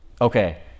Okay